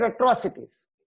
atrocities